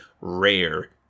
rare